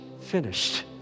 finished